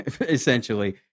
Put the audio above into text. essentially